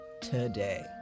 today